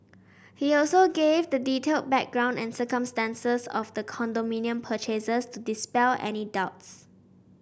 he also gave the detailed background and circumstances of the condominium purchases to dispel any doubts